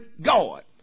God